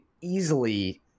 easily